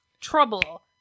Trouble